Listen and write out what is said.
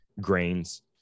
grains